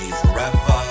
forever